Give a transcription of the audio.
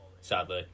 sadly